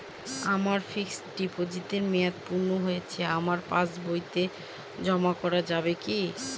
আমার ফিক্সট ডিপোজিটের মেয়াদ পূর্ণ হয়েছে আমার পাস বইতে জমা করা যাবে কি?